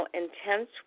intense